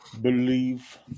Believe